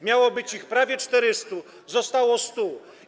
Miało być ich prawie 400, zostało 100.